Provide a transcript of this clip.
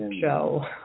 Joe